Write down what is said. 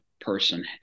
person